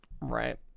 right